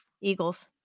Eagles